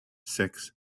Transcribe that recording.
six